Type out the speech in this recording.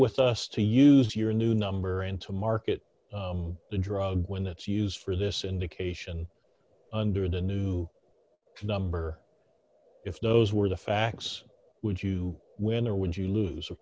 with us to use your new number and to market the drug when that's used for this and occasion under the new number if those were the facts would you win or would you lose